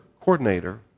coordinator